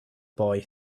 boy